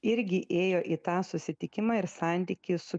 irgi ėjo į tą susitikimą ir santykį su